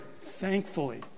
thankfully